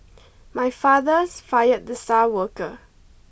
my father's fired the star worker